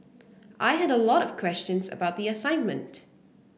I had a lot of questions about the assignment